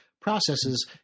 processes